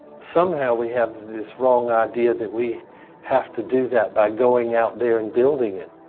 somehow we have this wrong idea that we have to do that by going out there and building it.